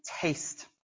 taste